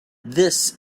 this